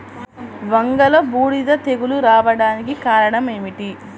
వంగలో బూడిద తెగులు రావడానికి కారణం ఏమిటి?